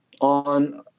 on